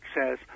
says